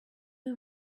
you